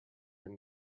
your